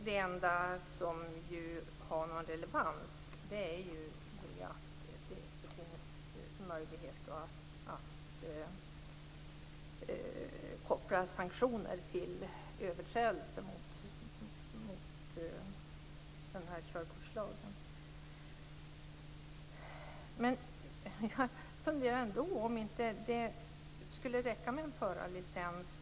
Det enda som har någon relevans är att det finns möjlighet att koppla sanktioner till överträdelse av körkortslagen. Men jag funderar ändå på om det inte skulle räcka med en förarlicens.